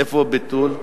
איפה הביטול?